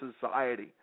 society